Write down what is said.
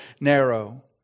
narrow